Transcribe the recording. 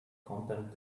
contempt